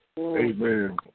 amen